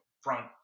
front